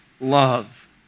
love